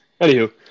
Anywho